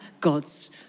God's